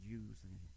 using